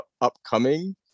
upcoming